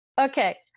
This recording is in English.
Okay